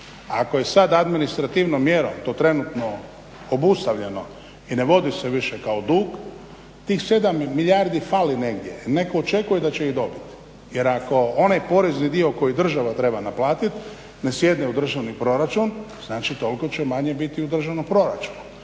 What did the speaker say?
Ako je sad administrativnom mjerom to trenutno obustavljeno i ne vodi se više kao dug, tih 7 milijardi fali negdje, netko očekuje da će ih dobit. Jer ako onaj porezni dio koji država treba naplatit ne sjedne u državni proračun znači toliko će manje biti u državnom proračunu,